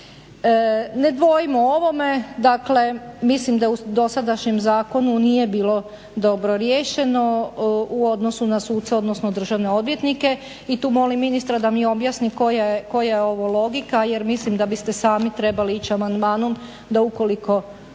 Ne dvojim o ovome, dakle mislim da u dosadašnjem zakonu nije bilo dobro riješeno u odnosu na suce, odnosno državne odvjetnike i tu molim ministra da mi objasni koja je ovo logika jer mislim da biste sami trebali ići amandmanom da ukoliko